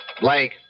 Blake